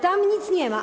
Tam nic nie ma.